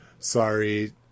Sorry